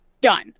done